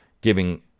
giving